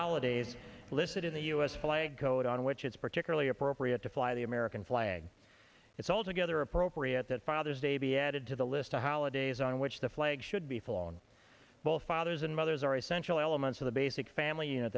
holidays listed in the u s flag code on which it's particularly appropriate to fly the american flag it's altogether appropriate that father's day be added to the list of holidays on which the flag should be flown both fathers and mothers are essential elements of the basic family